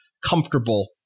comfortable